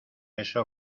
eso